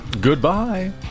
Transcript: Goodbye